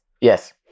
yes